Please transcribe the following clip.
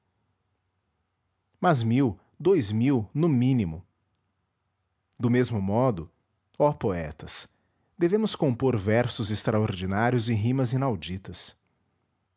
mas mil dous mil no mínimo do mesmo modo ó poetas devemos compor versos extraordinários e rimas inauditas